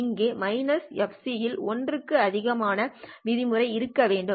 அங்கே fc இல் ஒன்றுக்கு அதிகமான விதிமுறை இருக்க வேண்டும்